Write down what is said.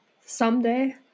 someday